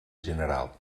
general